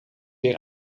weer